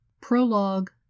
Prologue